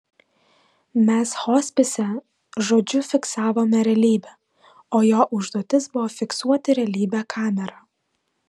mes hospise žodžiu fiksavome realybę o jo užduotis buvo fiksuoti realybę kamera